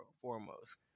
foremost